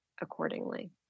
accordingly